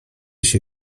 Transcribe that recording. się